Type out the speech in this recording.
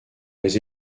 les